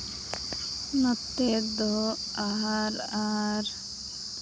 ᱱᱚᱛᱮ ᱫᱚ ᱟᱦᱟᱨ ᱟᱨ